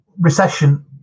recession